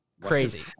crazy